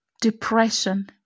depression